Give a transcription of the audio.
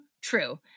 true